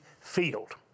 field